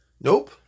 Nope